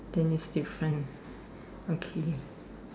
then it's different okay